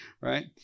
Right